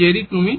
তাহলে জেরি